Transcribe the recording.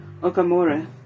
Okamura